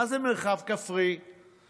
מה זה מרחב כפרי,